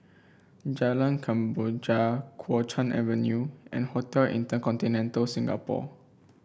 Jalan Kemboja Kuo Chuan Avenue and Hotel InterContinental Singapore